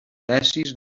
tesis